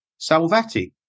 Salvati